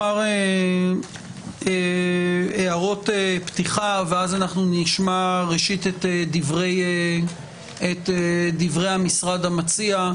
אומר הערות פתיחה; ואז נשמע ראשית את דברי המשרד המציע,